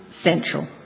central